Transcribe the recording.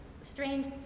strange